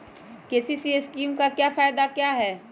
KCC scheme का फायदा क्या है?